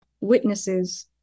witnesses